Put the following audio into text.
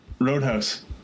Roadhouse